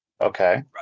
Okay